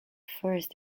first